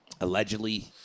allegedly